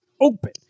open